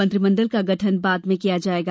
मंत्रिमण्डल का गठन बाद में किया जायेगा